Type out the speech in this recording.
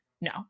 No